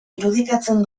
irudikatzen